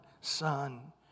son